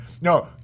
no